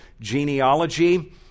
genealogy